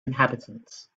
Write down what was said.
inhabitants